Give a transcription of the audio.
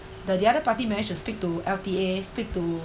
the the other party managed to speak to L_T_A speak to